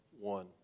one